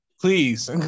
Please